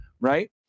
Right